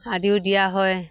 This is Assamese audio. আদিও দিয়া হয়